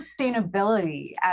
sustainability